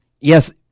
Yes